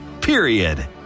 period